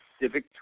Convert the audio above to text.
civic